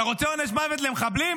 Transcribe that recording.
אתה רוצה עונש מוות למחבלים?